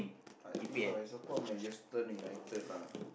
I think so I support Manchester-United lah